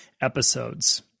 episodes